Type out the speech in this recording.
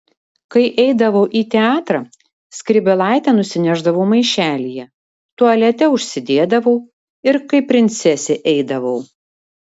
kai eidavau į teatrą skrybėlaitę nusinešdavau maišelyje tualete užsidėdavau ir kaip princesė eidavau